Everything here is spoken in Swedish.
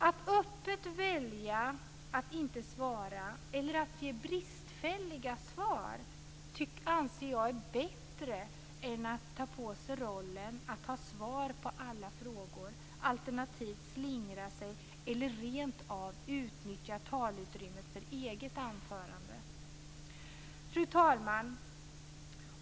Att öppet välja att inte svara eller att ge bristfälliga svar anser jag är bättre än att ta på sig rollen att ha svar på alla frågor, alternativt slingra sig eller rentav utnyttja talutrymmet för eget anförande. Fru talman!